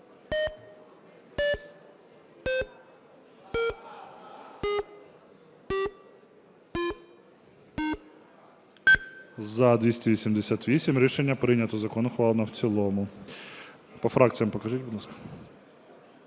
За-288 Рішення прийнято. Закон ухвалено в цілому. По фракціях покажіть, будь ласка.